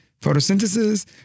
Photosynthesis